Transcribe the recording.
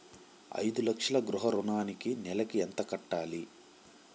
ఐదు లక్షల గృహ ఋణానికి నెలకి ఎంత కట్టాలి?